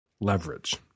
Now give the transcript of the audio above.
Leverage